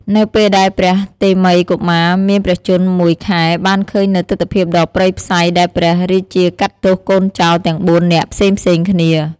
នៅពេលដែលព្រះតេមិយកុមារមានព្រះជន្ម ១ ខែបានឃើញនូវទិដ្ឋភាពដ៏ព្រៃផ្សៃដែលព្រះរាជាកាត់ទោសកូនចោរទាំង៤នាក់ផ្សេងៗគ្នា។